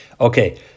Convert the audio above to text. Okay